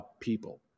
people